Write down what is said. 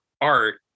art